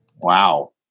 Wow